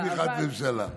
יש תמיכת ממשלה.